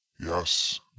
Yes